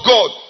God